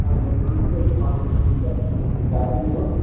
हम दोकान छिकै दोकान से कोइ दिक्कत नहि कोइ शिकायत नहि होएत